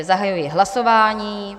Zahajuji hlasování.